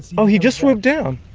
oh, he just swooped down